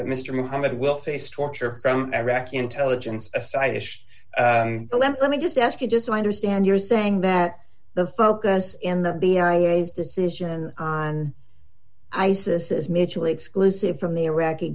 that mr mohammed will face torture from iraqi intelligence a side dish let me just ask you just i understand you're saying that the focus in the decision on isis is mutually exclusive from the iraqi